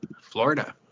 Florida